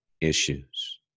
issues